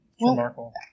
Remarkable